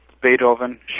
Beethoven